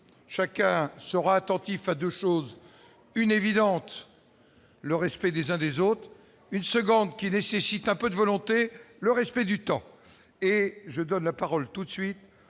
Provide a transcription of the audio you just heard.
chacun sera attentif à 2 choses : une évidente : le respect des uns des autres une seconde qui nécessite un peu de volonté, le respect du temps